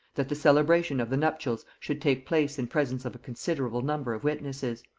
that the celebration of the nuptials should take place in presence of a considerable number of witnesses.